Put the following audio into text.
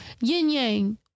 yin-yang